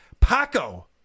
Paco